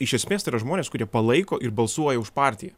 iš esmės tai yra žmonės kurie palaiko ir balsuoja už partiją